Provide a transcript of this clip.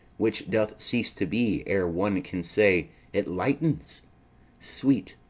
which doth cease to be ere one can say it lightens sweet,